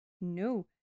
no